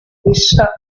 essa